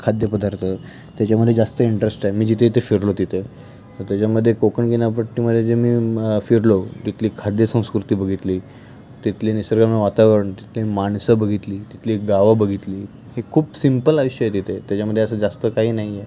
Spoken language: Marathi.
खाद्यपदार्थ त्याच्यामध्ये जास्त इंटरेस्ट आहे मी जिथे जिथे फिरलो तिथे तर त्याच्यामध्ये कोकण किनापट्टीमध्ये जे मी म फिरलो तिथली खाद्य संस्कृती बघितली तिथले निसर्ग आणि वातावरण तिथले माणसं बघितली तिथली गावं बघितली हे खूप सिम्पल आयुष्य आहे तिथे त्याच्यामध्ये असं जास्त काही नाही आहे